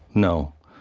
no,